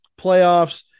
playoffs